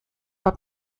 bad